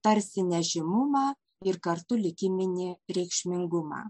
tarsi nežymumą ir kartu likiminį reikšmingumą